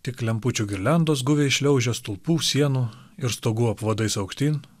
tik lempučių girliandos guviai šliaužia stulpų sienų ir stogų apvadais aukštyn